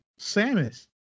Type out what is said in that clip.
Samus